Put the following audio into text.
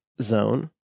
zone